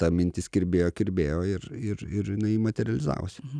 ta mintis kirbėjo kirbėjo ir ir ir jinai materializavosi